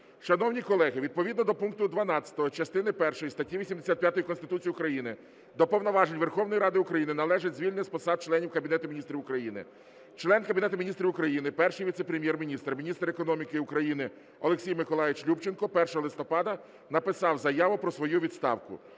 Шановні колеги, відповідно до пункту 12 частини першої статті 85 Конституції України до повноважень Верховної Ради України належить звільнення з посад членів Кабінету Міністрів України. Член Кабінету Міністрів України Перший віце-прем'єр-міністр – Міністр економіки України Олексій Миколайович Любченко 1 листопада написав заяву про свою відставку.